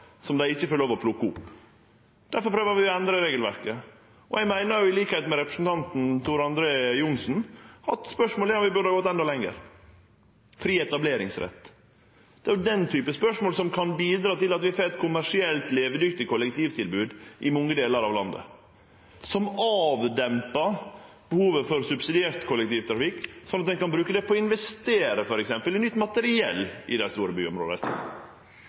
som dei ikkje får lov til å plukke opp. Difor prøver vi å endre regelverket. Eg meiner, til liks med representanten Tor André Johnsen, at spørsmålet er om vi burde ha gått endå lenger – fri etableringsrett. Det er den typen spørsmål som kan bidra til at vi får eit kommersielt, levedyktig kollektivtilbod i mange delar av landet, som dempar behovet for subsidiert kollektivtrafikk, slik at vi f.eks. kan investere i nytt materiell i dei store